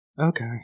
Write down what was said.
okay